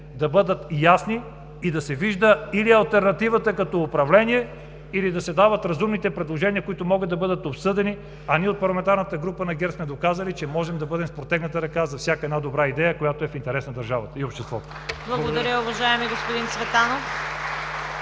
да бъдат ясни и да се вижда или алтернативата като управление, или да се дават разумните предложения, които могат да бъдат обсъдени, а ние от парламентарната група на ГЕРБ сме доказали, че може да бъдем с протегната ръка за всяка една добра идея, която е в интерес на държавата и обществото. Благодаря Ви. (Ръкопляскания